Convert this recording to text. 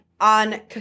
on